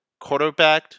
quarterbacked